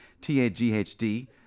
T-A-G-H-D